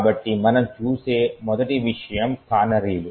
కాబట్టి మనం చూసే మొదటి విషయం కానరీలు